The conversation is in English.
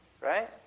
Right